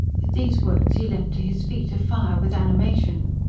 with these words he leapt to his feet, afire with animation.